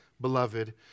beloved